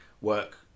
work